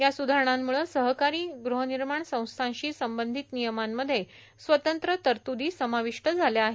या सुधारणांमुळं सहकारी गृहनिर्माण संस्थांशी संबंधित नियमांमध्ये स्वतंत्र तरतुदी समाविष्ट झाल्या आहेत